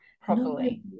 properly